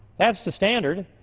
that's the standard.